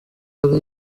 ari